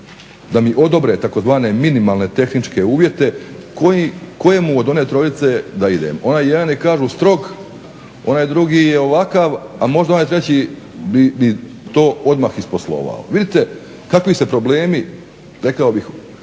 da mi odobre tzv. minimalne tehničke uvjete, kojemu od one trojice da idem. Onaj je jedan kaže strog onaj drugi je ovakav, a možda onaj treći bi to odmah isposlovao. Vidite kakvi se problemi rekao bih